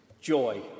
Joy